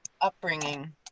upbringing